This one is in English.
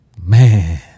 Man